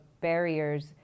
barriers